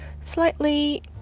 slightly